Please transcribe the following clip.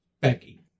Becky